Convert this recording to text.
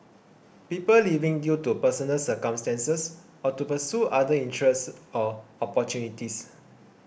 people leaving due to personal circumstances or to pursue other interests or opportunities